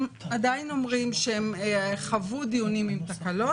עדיין אומרים שהם חוו דיונים עם תקלות,